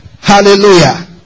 Hallelujah